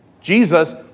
Jesus